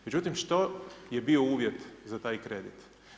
Međutim, što je bio uvjet za taj kredit?